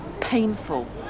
painful